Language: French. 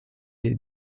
des